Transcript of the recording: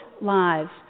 lives